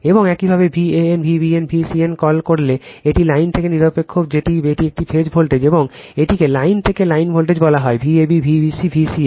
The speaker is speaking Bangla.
এবং একইভাবে Van Vbn Vcn কল করলে এটি লাইন থেকে নিরপেক্ষ যেটি একটি ফেজ ভোল্টেজ এবং এটিকে লাইন থেকে লাইন ভোল্টেজ বলা হয় Vab Vbc Vca